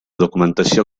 documentació